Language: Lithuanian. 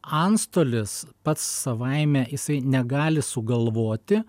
antstolis pats savaime jisai negali sugalvoti